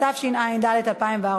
התשע"ד 2014,